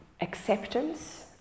acceptance